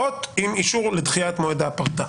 תהיה להגיש בקשה למתן הוראות עם אישור לדחיית מועד הפרטה.